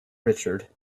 richard